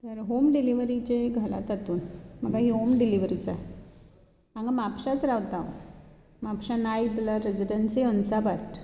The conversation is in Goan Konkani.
होम डिलीवरीचे घालात तातूंत म्हाका होम डिलिवरी जाय हांगा म्हापशांच रावतां हांव म्हापशा नायट ब्लर रेजिडेंसी हंसा भाट